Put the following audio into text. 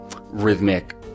rhythmic